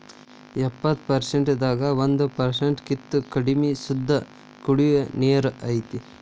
ಎಪ್ಪತ್ತು ಪರಸೆಂಟ್ ದಾಗ ಒಂದ ಪರಸೆಂಟ್ ಕಿಂತ ಕಡಮಿ ಶುದ್ದ ಕುಡಿಯು ನೇರ ಐತಿ